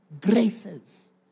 graces